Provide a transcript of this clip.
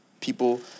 People